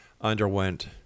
underwent